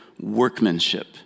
workmanship